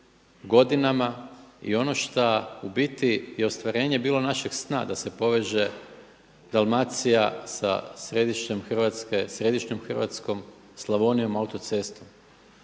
godinama i ono šta u biti je ostvarenje bilo našeg sna da se poveže Dalmacija sa središnjom Hrvatskom, Slavonijom, autocestom?